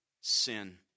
sin